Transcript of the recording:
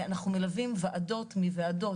אנחנו מלווים ועדות מוועדות,